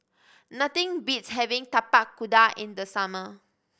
nothing beats having Tapak Kuda in the summer